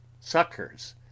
suckers